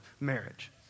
marriage